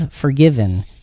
forgiven